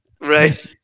Right